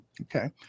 Okay